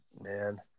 man